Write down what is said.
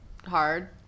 Hard